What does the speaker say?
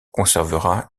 conservera